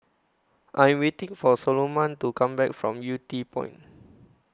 I Am waiting For Soloman to Come Back from Yew Tee Point